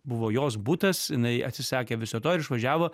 buvo jos butas jinai atsisakė viso to ir išvažiavo